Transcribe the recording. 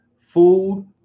Food